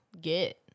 get